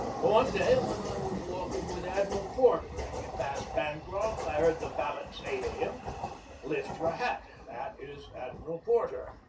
one day when i was walking with admiral porter and we passed bancroft i heard the valet say to him lift your hat. that is admiral porter.